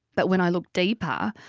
but when i looked deeper,